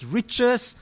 riches